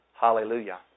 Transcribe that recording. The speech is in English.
Hallelujah